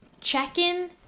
check-in